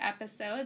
episode